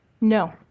No